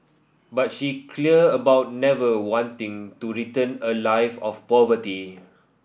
but she clear about never wanting to return a life of poverty